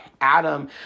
Adam